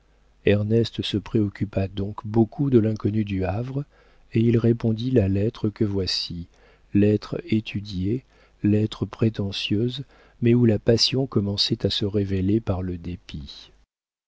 ernest se préoccupa donc beaucoup de l'inconnue du havre et il répondit la lettre que voici lettre étudiée lettre prétentieuse mais où la passion commençait à se révéler par le dépit